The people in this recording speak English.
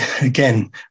Again